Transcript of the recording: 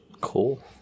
Cool